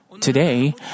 Today